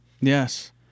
Yes